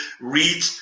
read